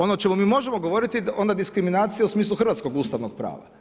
Ono o čemu mi možemo govoriti onda diskriminacija u smislu hrvatskog ustavnog prava.